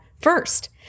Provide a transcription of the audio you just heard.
first